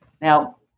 Now